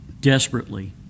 Desperately